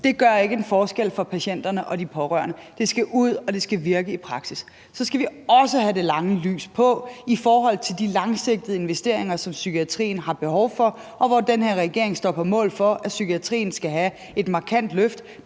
det gør ikke en forskel for patienterne og de pårørende. Det skal ud, og det skal virke i praksis. Og så skal vi også have det lange lys på i forhold til de langsigtede investeringer, som psykiatrien har behov for, og hvor den her regering står på mål for, at psykiatrien skal have et markant løft.